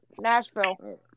Nashville